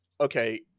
okay